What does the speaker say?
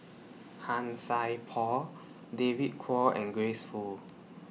Han Sai Por David Kwo and Grace Fu